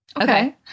Okay